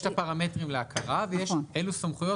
יש את הפרמטרים להכרה ויש אילו סמכויות